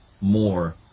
more